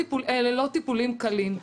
אלו לא טיפולים קלים.